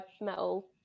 metal